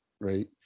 right